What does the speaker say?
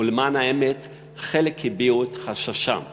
ולמען האמת חלק הביעו את חששם ואמרו: